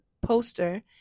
poster